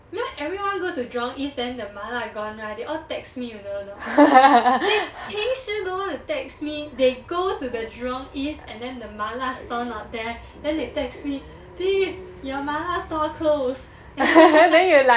you know everyone go to jurong east then the mala gone right they all text me you know or not they 平时 don't want to text me they go to the jurong east and then the mala store not there then they text me viv your mala store close